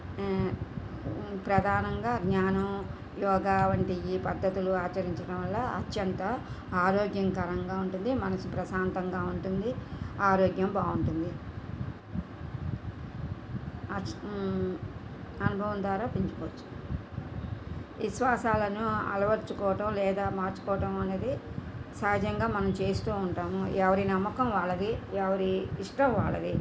ప్రధానంగా జ్ఞానం యోగావంటి ఈ పద్ధతులు ఆచరించటం వల్ల అత్యంత ఆరోగ్యకరంగా ఉంటుంది మనసు ప్రశాంతంగా ఉంటుంది ఆరోగ్యం బావుంటుంది అచ్ అనుభవం ద్వారా పెంచుకోచ్చు విశ్వాసాలను అలవరుచుకోవటం లేదా మార్చుకోవటం అనేది సహజంగా మనం చేస్తూ ఉంటాము ఎవరి నమ్మకం వాళ్ళది ఎవరి ఇష్టం వాళ్ళది